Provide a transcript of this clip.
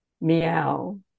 meow